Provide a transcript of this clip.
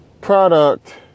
product